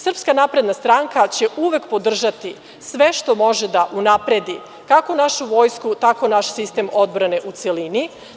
Srpska napredna stranka će uvek podržati sve što može da unapredi tako našu vojsku, tako i naš sistem odbrane u celini.